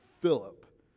Philip